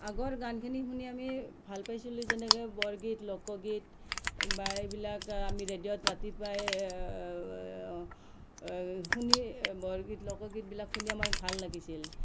আগৰ গানখিনি শুনি আমি ভাল পাইছিলোঁ যেনেকৈ বৰগীত লোকগীত বা এইবিলাক আমি ৰেডিঅ'ত ৰাতিপুৱাই শুনি বৰগীত লোকগীতবিলাক শুনি আমাৰ ভাল লাগিছিল